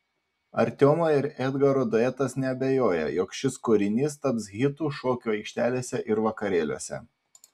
artiomo ir edgaro duetas neabejoja jog šis kūrinys taps hitu šokių aikštelėse ir vakarėliuose